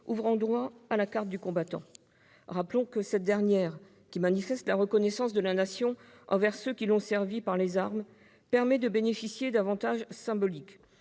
au bénéfice de la carte du combattant. Rappelons que cette dernière, qui manifeste la reconnaissance de la Nation envers ceux qui l'ont servie par les armes, permet de bénéficier d'avantages symboliques,